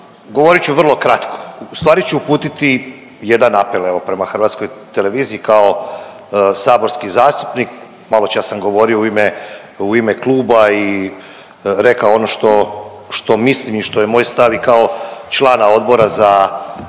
govorit ću vrlo kratko, ustvari ću uputiti jedan apel evo prema Hrvatskoj televiziji kao saborski zastupnik, maločas sam govorio u ime kluba i rekao ono što mislim i što je moj stav i kao člana Odbora za